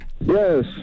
Yes